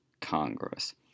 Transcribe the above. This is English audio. Congress